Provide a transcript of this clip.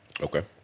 okay